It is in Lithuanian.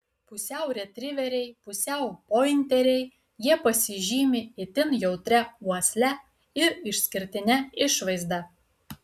pusiau retriveriai pusiau pointeriai jie pasižymi itin jautria uosle ir išskirtine išvaizda